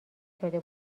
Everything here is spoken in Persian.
شده